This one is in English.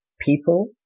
people